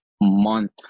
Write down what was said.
month